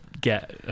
get